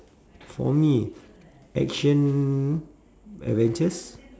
for me action adventures